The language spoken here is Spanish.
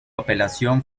apelación